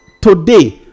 today